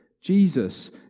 Jesus